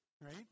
Right